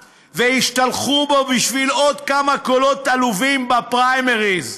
והשתלחו בו בשביל עוד כמה קולות עלובים בפריימריז,